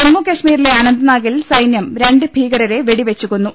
ജമ്മു കശ്മീരിലെ അനന്ത്നാഗിൽ സൈന്യം രണ്ട് ഭീകരരെ വെടിവെച്ചു കൊന്നു